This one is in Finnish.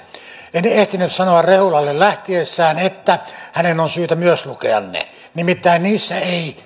momentit en ehtinyt sanoa rehulalle hänen lähtiessään että myös hänen on syytä lukea ne nimittäin niissä ei